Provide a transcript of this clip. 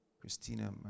Christina